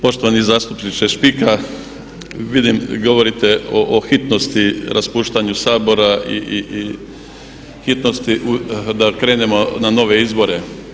Poštovani zastupniče Špika, vidim govorite o hitnosti raspuštanju Sabora i hitnosti da krenemo na nove izbore.